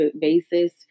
basis